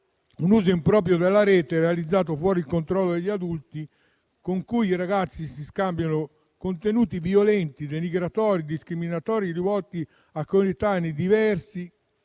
un uso improprio della rete, realizzato fuori dal controllo degli adulti. I ragazzi si scambiano contenuti violenti, denigratori, discriminatori, rivolti a coetanei diversi